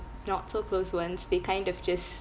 not so close ones they kind of just